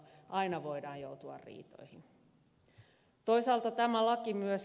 aina voidaan joutua riitoihin